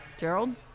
Gerald